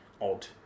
odd